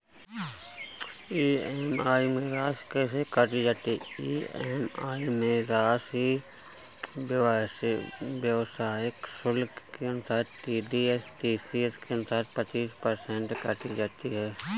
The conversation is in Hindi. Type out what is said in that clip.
ई.एम.आई में राशि कैसे काटी जाती है?